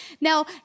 Now